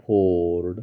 ford